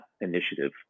initiative